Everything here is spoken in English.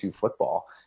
football